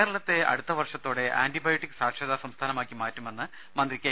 കേരളത്തെ അടുത്ത വർഷത്തോടെ ആന്റിബയോട്ടിക് സാക്ഷര താ സംസ്ഥാനമാക്കി മാറ്റുമെന്ന് മന്ത്രി കെ